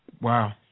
Wow